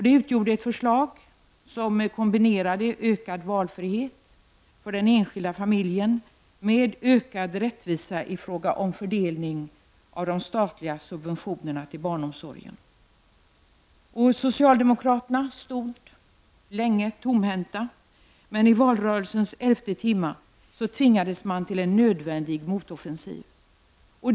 Det var ett förslag där man kombinerade ökad valfrihet för enskilda familjer med ökad rättvisa i fråga om fördelning av de statliga subventionerna till barnomsorgen. Socialdemokraterna stod länge tomhänta, men i valrörelsens elfte timme tvingades man till en nödvändig motoffensiv.